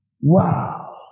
Wow